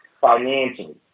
financially